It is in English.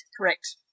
Correct